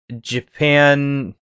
Japan